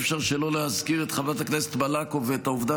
אי-אפשר שלא להזכיר את חברת הכנסת מלקו ואת העובדה